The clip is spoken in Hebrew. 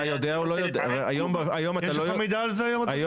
היום אתה לא יודע?